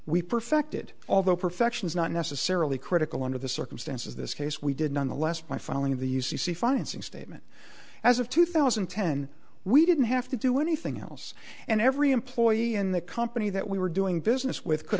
we perfected although perfection is not necessarily critical under the circumstances this case we did nonetheless by filing the u c c financing statement as of two thousand and ten we didn't have to do anything else and every employee in the company that we were doing business with could